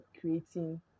creating